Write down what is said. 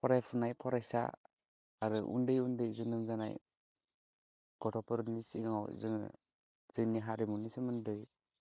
फरायफुनाय फरायसा आरो उन्दै उन्दै जोनोम जानाय गथ'फोरनि सिगाङाव जोङो जोंनि हारिमुनि सोमोन्दै